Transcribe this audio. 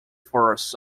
forests